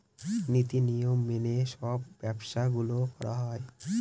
নীতি নিয়ম মেনে সব ব্যবসা গুলো করা হয়